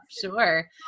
Sure